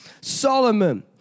Solomon